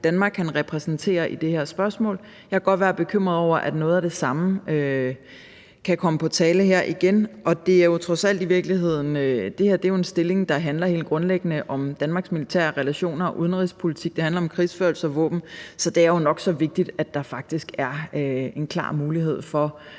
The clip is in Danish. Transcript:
Danmark han repræsenterede i et spørgmål. Jeg kan godt være bekymret over, at noget af det samme igen kan komme på tale, og i virkeligheden er det her trods alt en stilling, der helt grundlæggende handler om Danmarks militære relationer og udenrigspolitik. Det handler om krigsførelse og våben, så det er jo nok så vigtigt, at der faktisk er en klar mulighed for